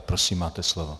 Prosím, máte slovo.